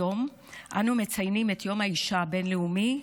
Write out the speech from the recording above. היום אנו מציינים את יום האישה הבין-לאומי,